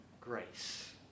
grace